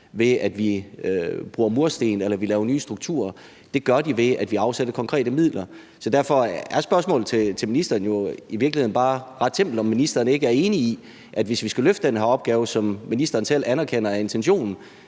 ved at vi bruger mursten eller vi laver nye strukturer, men det gør de, ved at vi afsætter konkrete midler. Så derfor er spørgsmålet til ministeren jo i virkeligheden bare ret simpelt, altså om ministeren ikke er enig i, at det, hvis vi skal løfte den her opgave, hvilket ministeren selv anerkender er intentionen,